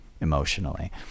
emotionally